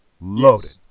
Loaded